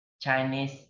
Chinese